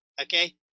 Okay